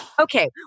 Okay